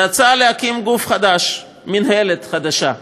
זו ההצעה להקים גוף חדש, מינהלת חדשה,